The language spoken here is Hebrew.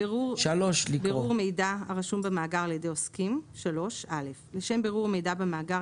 בירור מידע הרשום במאגר על ידי עוסקים 3. (א) לשם בירור מידע במאגר,